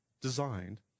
designed